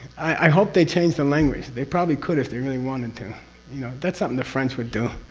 i hope they change the language. they probably could if they really wanted to you know? that's something the french would do.